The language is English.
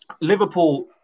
Liverpool